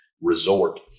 Resort